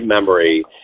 memory